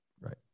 right